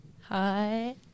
Hi